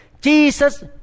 Jesus